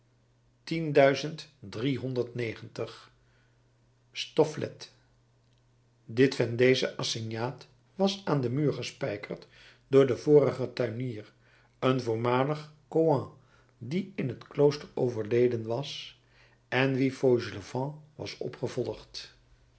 stofflet dit vendeesche assignaat was aan den muur gespijkerd door den vorigen tuinier een voormalig chouan die in het klooster overleden was en wien fauchelevent was opgevolgd